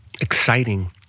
exciting